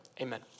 Amen